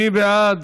מי בעד?